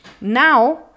Now